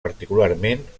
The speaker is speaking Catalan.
particularment